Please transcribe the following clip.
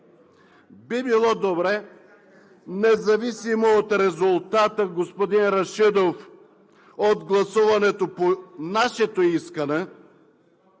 Би било добре, независимо от резултата, господин Рашидов, от гласуването по нашето искане,